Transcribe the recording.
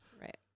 Right